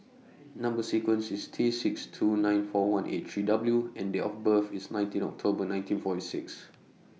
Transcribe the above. Number sequence IS T six two nine four one eight three W and Date of birth IS nineteen October nineteen forty six